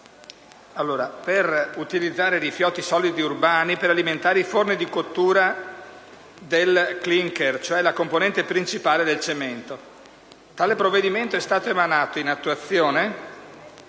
per utilizzare i rifiuti solidi urbani per alimentare i forni di cottura del *clinker*, cioè la componente principale del cemento. Tale provvedimento è stato emanato in attuazione